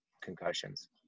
concussions